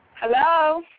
Hello